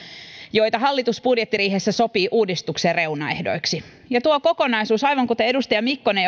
joita hallitus budjettiriihessä sopii uudistuksien reunaehdoiksi ja tuo kokonaisuus aivan kuten edustaja mikkonen